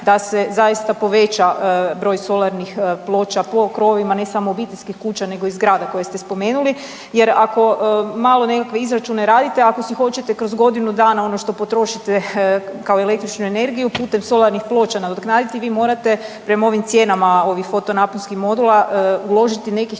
da se zaista poveća broj solarnih ploča po krovovima, ne samo obiteljskih kuća nego i zgrada koje ste spomenuli jer ako malo nekakve izračune radite, ako si hoćete kroz godinu dana ono što potrošite kao električnu energiju putem solarnih ploča nadoknaditi vi morate prema ovim cijenama ovih fotonaponskih modula uložiti nekih